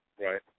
Right